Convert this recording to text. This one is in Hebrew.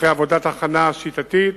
אחרי עבודת הכנה שיטתית,